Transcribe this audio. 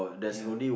ya lah